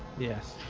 yes,